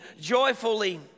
joyfully